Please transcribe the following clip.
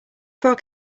frog